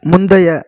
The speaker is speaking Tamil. முந்தைய